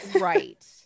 right